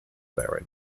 their